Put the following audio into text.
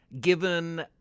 given